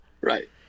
right